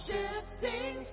Shifting